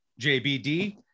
JBD